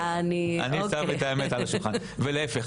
אני שם את האמת על השולחן ולהיפך,